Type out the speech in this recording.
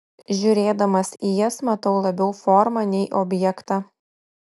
žiūrėdamas į jas matau labiau formą nei objektą